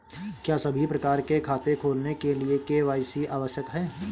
क्या सभी प्रकार के खाते खोलने के लिए के.वाई.सी आवश्यक है?